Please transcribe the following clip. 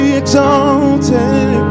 exalted